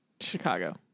Chicago